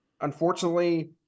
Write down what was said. Unfortunately